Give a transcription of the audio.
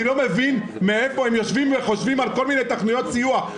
אני לא מבין מאיפה הם חושבים על כל מיני תכניות סיוע.